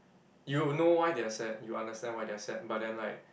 you know why they are sad you understand why they are sad but then like